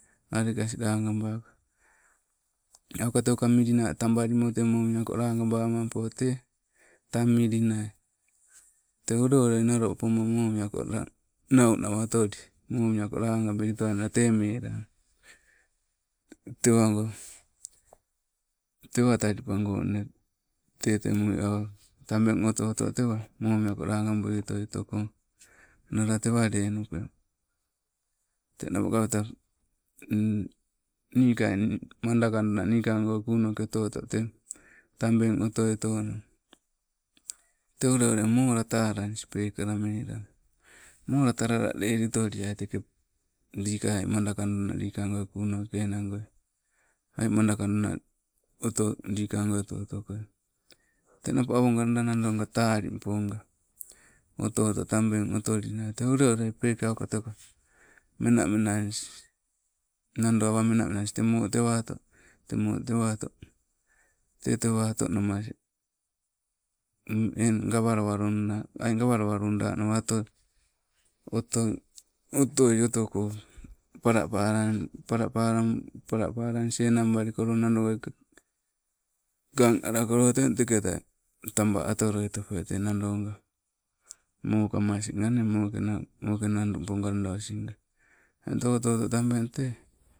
Aleke asing langabako, aukateka mili na tabalimo tee momiako lagabamampo tee tang milinai, tee ule ulei nalo upoma momiako la, nau nawa otoli momiako lagabelitoai tee melang. Tewago, tewa talipago nne tee tebuli, awa tabeng oto oto tewa momiako lagaabui. Otoi tokong mala tewa lennupe. Teng napo kapeta, nikai nii madokaluna nikango kunoke oto oto tee, tabeng otoitona, te ulle molatalalanis pekala melong. Mola talalelitoliai teke, lii madakanuna likang goi kunoke enang goi, aii madakanuna oto, likangoi oto otokoi. Te nappo awo nga nado nga talimpo nga, oto oto tabeng otolinai te ule ule pekauka teuka mena menanis nado awa menamenanis, temo tewaato, tee tewato namas, gawalawalunda aii gawalawa lundanawa otoli, otoi otoi otokong, pala pala pala palanis enangbalikolo kang, alakolo teng, teketai taba otoloitope tee nandonga mokamas nga mokenau moke nadu mpo osin nga, nandonga oto oto tee.